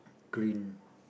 green